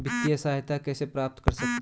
वित्तिय सहायता कैसे प्राप्त कर सकते हैं?